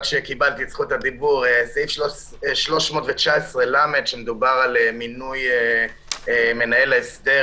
לסעיף 319ל כשמדובר על מינוי מנהל ההסדר